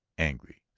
angry,